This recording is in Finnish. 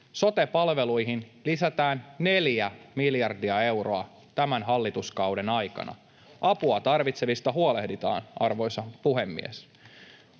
Sote-palveluihin lisätään neljä miljardia euroa tämän hallituskauden aikana. Apua tarvitsevista huolehditaan, arvoisa puhemies.